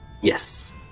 Yes